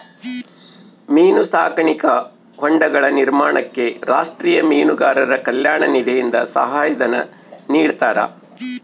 ಮೀನು ಸಾಕಾಣಿಕಾ ಹೊಂಡಗಳ ನಿರ್ಮಾಣಕ್ಕೆ ರಾಷ್ಟೀಯ ಮೀನುಗಾರರ ಕಲ್ಯಾಣ ನಿಧಿಯಿಂದ ಸಹಾಯ ಧನ ನಿಡ್ತಾರಾ?